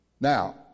Now